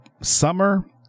summer